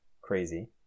crazy